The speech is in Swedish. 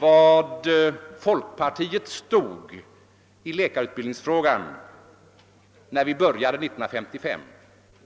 var folkpartiet stod i läkarutbildningsfrågan när vi började öka utbildningskapaciteten 1955.